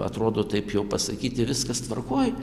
atrodo taip jau pasakyti viskas tvarkoj